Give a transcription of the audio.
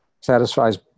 satisfies